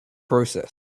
processed